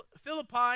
Philippi